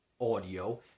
audio